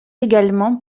également